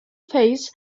face